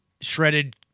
shredded